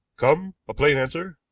come, a plain answer,